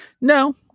No